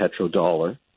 petrodollar